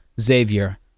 Xavier